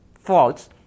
false